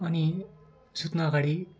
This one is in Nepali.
अनि सुत्नअगाडि